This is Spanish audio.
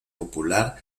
popular